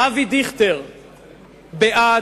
אבי דיכטר בעד,